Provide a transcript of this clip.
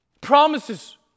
Promises